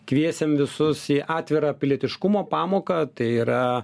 kviesim visus į atvirą pilietiškumo pamoką tai yra